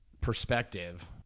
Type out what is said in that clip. perspective